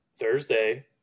Thursday